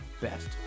best